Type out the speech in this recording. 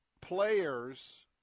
players